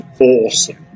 awesome